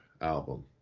album